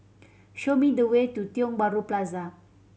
show me the way to Tiong Bahru Plaza